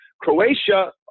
Croatia